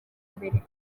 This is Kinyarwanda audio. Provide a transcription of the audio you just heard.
mbere